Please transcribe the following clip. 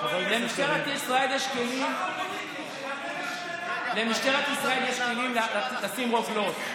למשטרת ישראל יש כלים לשים רוגלות.